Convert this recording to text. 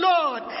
Lord